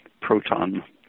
proton